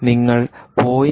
നിങ്ങൾ 0